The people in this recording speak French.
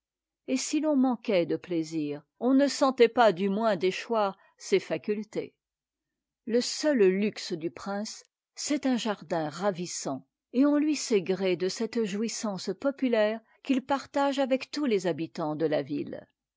et si l'on manquait de plaisirs on ne sentait pas du moins déchoir ses facultés le seul luxe du prince c'est un jardin ravissant et on lui sait gré de cette jouissance populaire qu'il partage avec tous les habitants de la ville